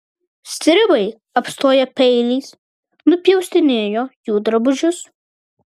stribai apstoję peiliais nupjaustinėjo jų drabužius